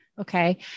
Okay